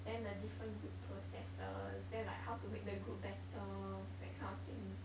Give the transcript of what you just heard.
then the different group processes then like how to make the group better that kind of thing